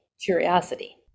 curiosity